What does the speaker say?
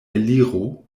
eliro